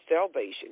salvation